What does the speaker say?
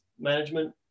management